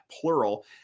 plural